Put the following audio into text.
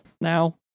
now